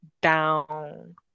down